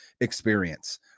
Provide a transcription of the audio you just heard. experience